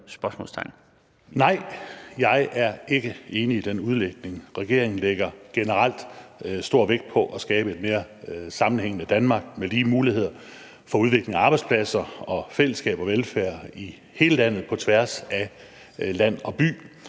Nej, jeg er ikke enig i den udlægning. Regeringen lægger generelt stor vægt på at skabe et mere sammenhængende Danmark med lige muligheder for udvikling af arbejdspladser og fællesskab og velfærd i hele landet, på tværs af land og by,